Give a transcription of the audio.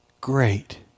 Great